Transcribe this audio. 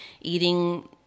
eating